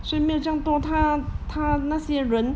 所以没有这样多他他那些人